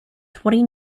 twenty